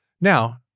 Now